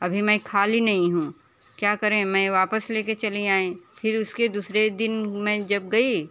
अभी मैं खाली नहीं हूँ क्या करें मैं वापस ले के चली आई फिर उसके दूसरे दिन मैं जब गई